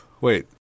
wait